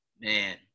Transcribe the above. Man